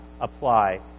apply